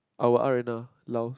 our R and R Laos